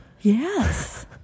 Yes